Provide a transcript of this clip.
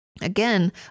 Again